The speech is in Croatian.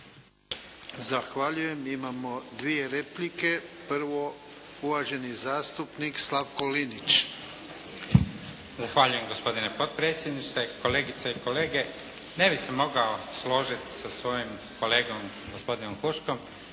Zahvaljujem. Imamo dvije replike. Prvo uvaženi zastupnik Slavko Linić. **Linić, Slavko (SDP)** Zahvaljujem. Gospodine potpredsjedniče, kolegice i kolege. Ne bih se mogao složiti sa svojim kolegom gospodinom Huškom